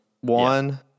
one